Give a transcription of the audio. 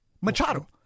Machado